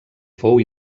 fou